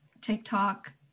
TikTok